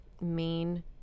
main